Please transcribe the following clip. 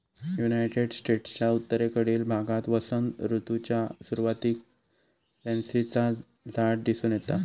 United स्टेट्सच्या उत्तरेकडील भागात वसंत ऋतूच्या सुरुवातीक पॅन्सीचा झाड दिसून येता